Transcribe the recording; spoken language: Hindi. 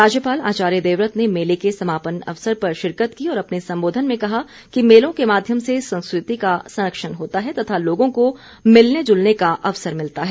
राज्यपाल आचार्य देवव्रत ने मेले के समापन अवसर पर शिरकत की और अपने संबोधन में कहा कि मेलों के माध्यम से संस्कृति का संरक्षण होता है तथा लोगों को भिलने जुलने का अवसर मिलता है